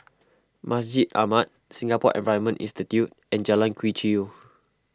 Masjid Ahmad Singapore Environment Institute and Jalan Quee Chew